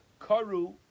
Karu